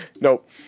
Nope